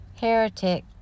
heretic